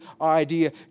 idea